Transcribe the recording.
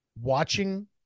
watching